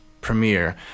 premiere